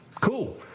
cool